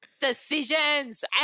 decisions